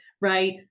Right